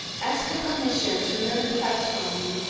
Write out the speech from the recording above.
ask her permission to learn the facts from me.